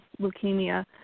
leukemia